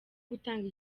gutanga